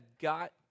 got